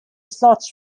slots